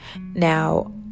now